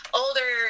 older